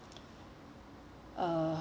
uh